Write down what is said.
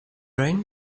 rain